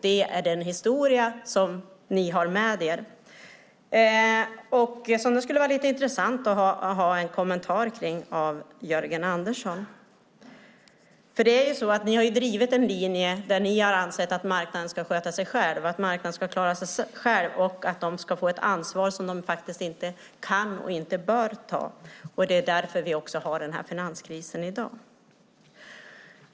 Det är den historia som ni moderater har med er. Det skulle vara lite intressant att få en kommentar till det av Jörgen Andersson. Ni har ju drivit linjen och ansett att marknaden ska klara sig själv och att den ska få ett ansvar som den faktiskt inte vare sig kan eller bör ta. Det är därför vi i dag har en finanskris.